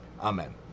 Amen